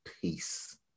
peace